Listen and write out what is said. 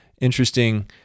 Interesting